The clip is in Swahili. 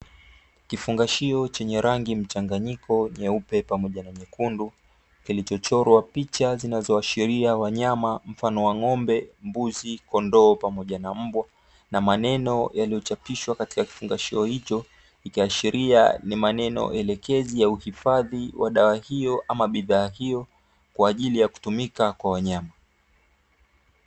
Kifungashio chenye rangi mchanganyiko nyeupe pamoja na nyekundu kilichochorwa picha zinazoashiria wanyama mfano wa: ng'ombe, mbuzi, kondoo pamoja na mbwa; na maneno yaliyochapishwa katika kifungashio hicho, ikiashiria ni maneno elekezi ya uhifadhi wa dawa hiyo ama bidhaa hiyo kwa ajili ya kutumika kwa wanyama.